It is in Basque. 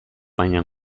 baina